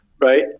right